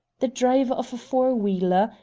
the driver of a four-wheeler,